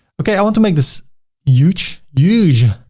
okay. i want to make this huge. huge.